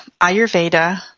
Ayurveda